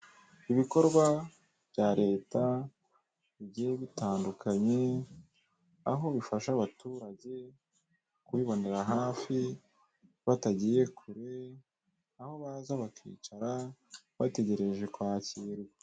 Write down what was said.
Ibikorwa bya Leta bigiye bitandukanye, aho bifasha abaturage kubibonera hafi batagiye kure, aho baza bakicara, bategereje kwakirwa.